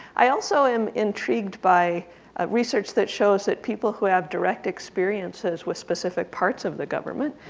i also am intrigued by a research that shows that people who have direct experiences with specific parts of the government